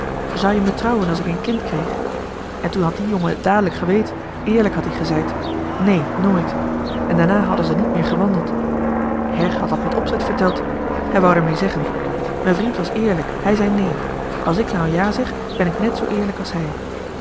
zou je me trouwen a's ik en kind kreeg en toe had die jongen et da'lek geweten eerlijk had ie gezeid nee nooit en daarna hadden ze nie meer gewandeld her had dat met opzet verteld hij wou d'er mee zeggen me vriend was eerlijk hij zei nee a's ik nou ja zeg ben ik net zoo eerlijk a's hij